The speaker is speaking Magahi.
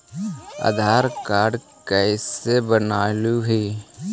आधार कार्ड कईसे बनैलहु हे?